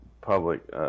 public